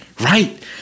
right